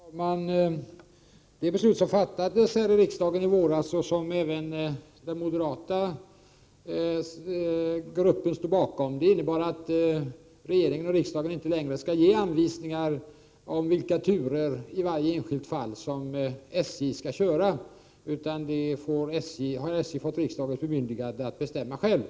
Herr talman! Det beslut som fattades här i riksdagen i våras, och som även den moderata gruppen stod bakom, innebar att regeringen och riksdagen inte längre skall ge anvisningar om vilka turer som SJ skall köra i varje enskilt fall. Det har SJ riksdagens bemyndigande att bestämma självt.